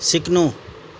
सिक्नु